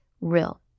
real